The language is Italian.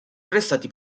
arrestati